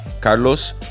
Carlos